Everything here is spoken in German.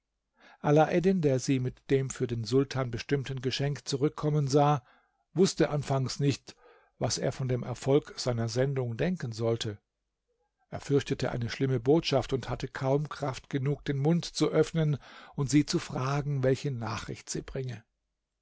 alaeddin der sie mit dem für den sultan bestimmten geschenk zurückkommen sah wußte anfangs nicht was er von dem erfolg seiner sendung denken sollte er fürchtete eine schlimme botschaft und hatte kaum kraft genug den mund zu öffnen und sie zu fragen welche nachricht sie bringe